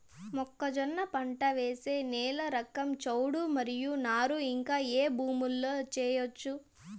మొక్కజొన్న పంట వేసే నేల రకం చౌడు మరియు నారు ఇంకా ఏ భూముల్లో చేయొచ్చు?